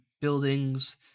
buildings